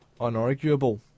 unarguable